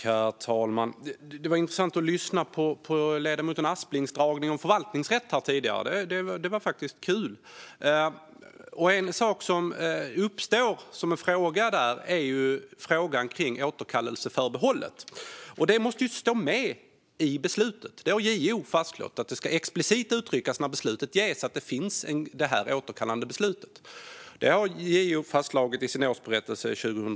Herr talman! Det var intressant att lyssna på ledamoten Asplings föredragning om förvaltningsrätt här tidigare. Det var faktiskt kul. En fråga som uppstår där är frågan om återkallelseförbehållet. Det måste ju stå med i beslutet. Det har JO fastslagit. Det ska explicit uttryckas när beslutet ges att det här återkallandebeslutet finns. Det har JO fastslagit i sin ämbetsberättelse 2005/06.